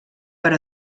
per